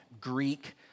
Greek